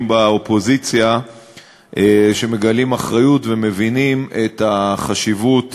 באופוזיציה שמגלים אחריות ומבינים את חשיבות